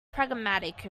pragmatic